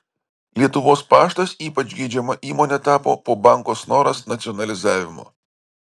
lietuvos paštas ypač geidžiama įmone tapo po banko snoras nacionalizavimo